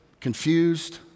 confused